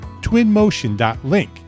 Twinmotion.link